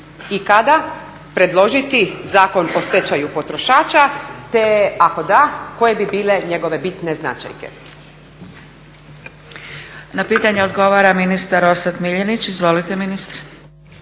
i kada predložiti Zakon o stečaju potrošača te ako da, koje bi bile njegove bitne značajke. **Zgrebec, Dragica (SDP)** Na pitanje odgovara ministar Orsat Miljenić. Izvolite ministre.